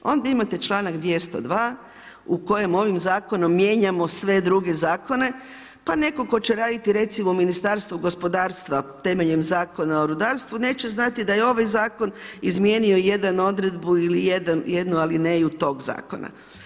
Onda imate članak 202. u kojem ovim zakonom mijenjamo sve druge zakone, pa neko tko će raditi recimo u Ministarstvu gospodarstva temeljem Zakona o rudarstvu neće znati da je ovaj zakon izmijenio jednu odredbu ili jednu alineju tog zakona.